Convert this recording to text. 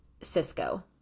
Cisco